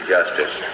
Justice